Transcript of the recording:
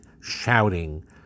shouting